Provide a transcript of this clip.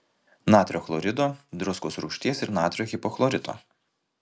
natrio chlorido druskos rūgšties ir natrio hipochlorito